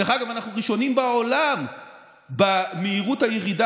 דרך אגב, אנחנו ראשונים בעולם במהירות הירידה